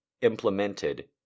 implemented